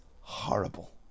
horrible